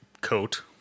coat